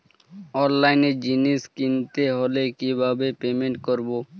অনলাইনে জিনিস কিনতে হলে কিভাবে পেমেন্ট করবো?